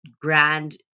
grand